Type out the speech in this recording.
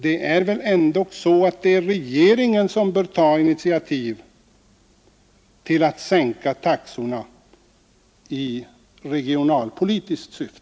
Det är väl ändock regeringen som bör ta initiativ till att sänka taxorna i regionalpolitiskt syfte.